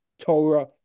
torah